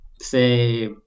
say